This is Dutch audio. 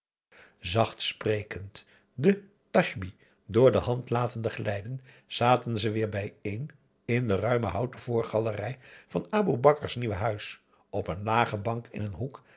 zacht sprekend den tasbih door de hand latende glijden zaten ze weer bijeen in de ruime houten voorgalerij van aboe bakar's nieuwe huis op een lage bank in een hoek